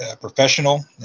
professional